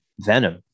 venom